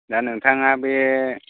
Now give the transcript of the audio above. दा नोंथाङा बे